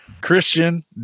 Christian